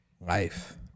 Life